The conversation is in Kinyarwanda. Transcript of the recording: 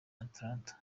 atlanta